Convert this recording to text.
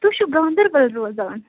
تُہۍ چھُو گاندربل روزان